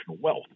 wealth